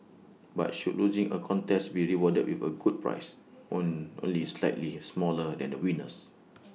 but should losing A contest be rewarded with A good prize on only slightly smaller than the winner's